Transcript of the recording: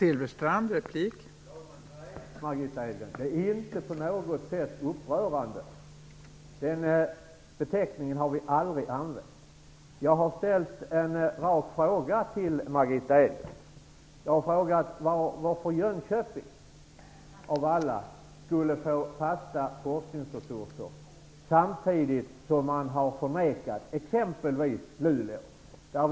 Fru talman! Nej, Margitta Edgren, det är inte på något sätt upprörande. Den beteckningen har vi aldrig använt. Jag har ställt en rak fråga till Margitta Edgren. Jag har frågat varför Jönköping skulle få fasta forskningsresurser, samtidigt som t.ex. Luleå har blivit förnekad resurser.